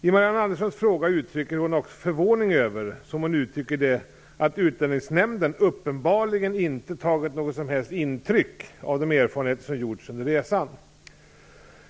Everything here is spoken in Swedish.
I Marianne Anderssons fråga uttrycker hon också förvåning över att Utlänningsnämnden, som hon uttrycker det, "uppenbarligen inte tagit något som helst intryck" av de erfarenheter som gjorts under resan.